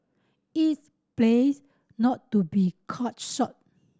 it's plays not to be caught short